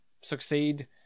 succeed